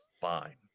fine